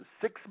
Six